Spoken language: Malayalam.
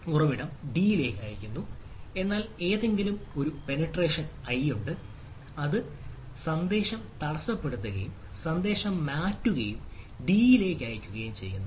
ഉറവിടം d ലേക്ക് അയയ്ക്കുന്നു എന്നാൽ അതിനിടയിൽ ഒരു പെനെട്രേഷൻ I ഉണ്ട് അത് സന്ദേശം തടസ്സപ്പെടുത്തുകയും സന്ദേശം മാറ്റുകയും d ലേക്ക് അയയ്ക്കുകയും ചെയ്യുന്നു